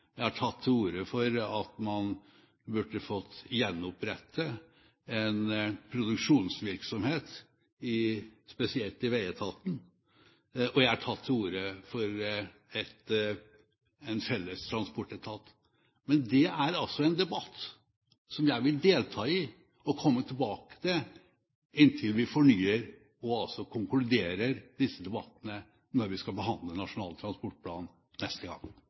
Jeg har tatt til orde for at man burde fått gjenopprettet en produksjonsvirksomhet, spesielt i veietaten, og jeg har tatt til orde for en felles transportetat. Men det er altså en debatt som jeg vil delta i og komme tilbake til inntil vi fornyer og altså konkluderer disse debattene når vi skal behandle Nasjonal transportplan neste gang.